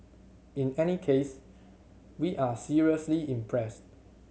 in any case we are seriously impressed